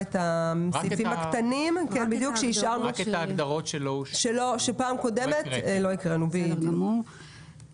רק ההגדרות שלא הקראנו בישיבה הקודמת ולא אושרו.